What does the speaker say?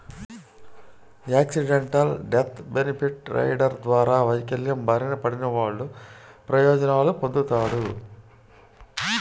accidental death benefit rider ద్వారా వైకల్యం బారిన పడినవాళ్ళు ప్రయోజనాలు పొందుతాడు